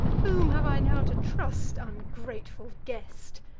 whom have i now to trust, ungrateful guest?